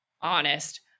honest